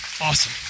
Awesome